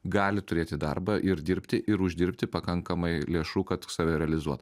gali turėti darbą ir dirbti ir uždirbti pakankamai lėšų kad save realizuot